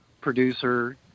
producer